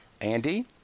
Andy